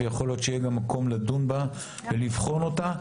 ויכול להיות שיהיה גם מקום לדון בה ולבחון אותה,